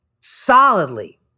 solidly